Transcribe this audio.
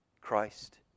Christ